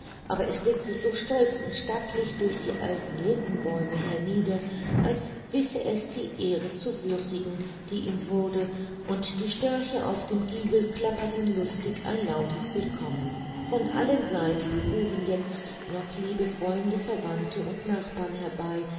aber es blickte so stolz und stattlich durch die alten lindenbäume hernieder als wisse es die ehre zu würdigen die ihm wurde und die störche auf dem giebel klapperten lustig ein lautes willkommen von allen seiten fuhren jetzt noch liebe freunde verwandte und nachbarn herbei